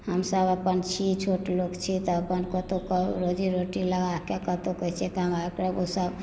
हमसभ अपन छी छोट लोक छी तऽ अपन कतहु कऽ रोजीरोटी लगा कऽ कतहु कहैत छियै कमा एकटा ओसभ